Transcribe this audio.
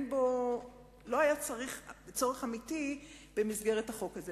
לא היה צורך אמיתי במסגרת החוק הזה.